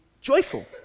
joyful